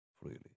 freely